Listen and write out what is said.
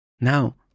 Now